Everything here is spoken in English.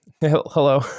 hello